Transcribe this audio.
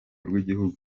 rw’igihugu